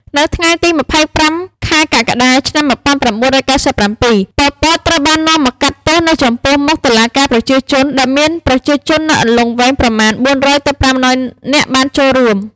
នៅថ្ងៃទី២៥ ខែកក្កដា ឆ្នាំ១៩៩៧ ប៉ុល ពត ត្រូវបាននាំមកកាត់ទោសនៅចំពោះមុខ «តុលាការប្រជាជន» ដែលមានប្រជាជននៅអន្លង់វែងប្រមាណ៤០០ទៅ៥០០នាក់បានចូលរួម។